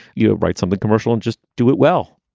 you write something commercial and just do it well,